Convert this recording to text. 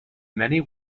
many